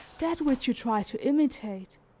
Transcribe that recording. that which you try to imitate,